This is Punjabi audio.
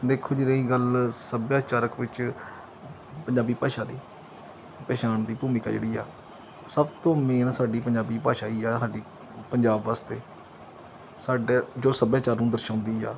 ਦੇਖੋ ਜੀ ਰਹੀ ਗੱਲ ਸੱਭਿਆਚਾਰਕ ਵਿੱਚ ਪੰਜਾਬੀ ਭਾਸ਼ਾ ਦੀ ਪਹਿਚਾਣ ਦੀ ਭੂਮਿਕਾ ਜਿਹੜੀ ਆ ਸਭ ਤੋਂ ਮੇਨ ਸਾਡੀ ਪੰਜਾਬੀ ਭਾਸ਼ਾ ਹੀ ਆ ਸਾਡੀ ਪੰਜਾਬ ਵਾਸਤੇ ਸਾਡੇ ਜੋ ਸੱਭਿਆਚਾਰ ਨੂੰ ਦਰਸਾਉਂਦੀ ਆ